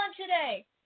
today